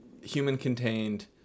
human-contained